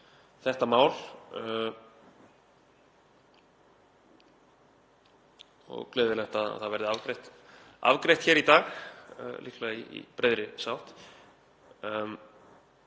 þetta mál og gleðilegt að það verði afgreitt hér í dag, líklega í breiðri sátt.